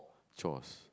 chores